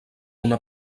una